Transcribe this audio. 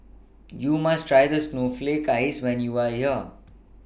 YOU must Try The Snowflake Ice when YOU Are here